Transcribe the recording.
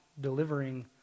delivering